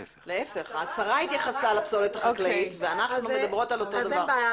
השרה התייחסה לפסולתה חקלאית ואנחנו מדברות על אותו דבר אז אין בעיה.